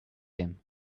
him